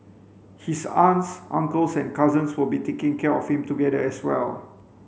his aunts uncles and cousins will be taking care of him together as well